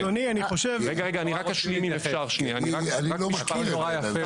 אני לא מכיר את זה,